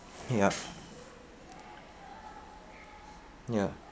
yup ya